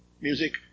music